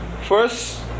First